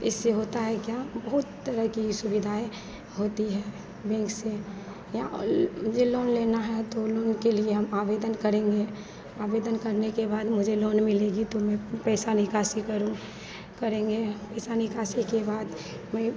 इससे होता है क्या बहुत तरह की सुविधाएँ होती है बैंक से या जे लोन लेना है तो लोन के लिए हम आवेदन करेंगे आवेदन करने के बाद मुझे लोन मिलेगी तो मैं पैसा निकासी करूँ करेंगे पैसा निकासी के बाद मैं